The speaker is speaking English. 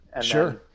Sure